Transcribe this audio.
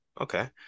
okay